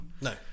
No